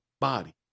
body